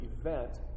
event